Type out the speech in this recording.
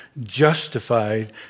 justified